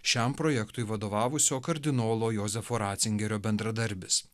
šiam projektui vadovavusio kardinolo jozefo ratzingerio bendradarbis